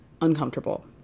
uncomfortable